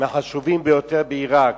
מהחשובים בעירק,